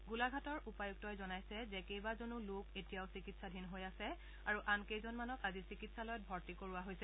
গোলাঘাটৰ উপায়ুক্তই জনাইছে যে কেইবাজনো লোক এতিয়াও চিকিৎসাধীন হৈ আছে আৰু আন কেইজনমানক আজি চিকিৎসালয়ত ভৰ্তি কৰোৱা হৈছে